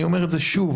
אני מדבר בגס,